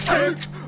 Cake